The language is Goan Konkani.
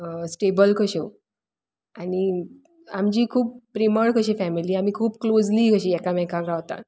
स्टेबल कश्यो आनी आमची खूब प्रेमळ कशी फेमिली आमी खूब क्लोजली कशी एकामेकांक रावतात